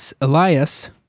Elias